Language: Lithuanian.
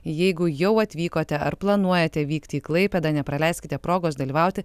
jeigu jau atvykote ar planuojate vykti į klaipėdą nepraleiskite progos dalyvauti